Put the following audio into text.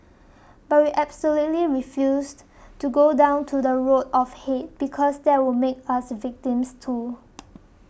but we absolutely refused to go down to the road of hate because that would make us victims too